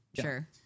Sure